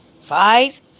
five